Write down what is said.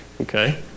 Okay